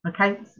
okay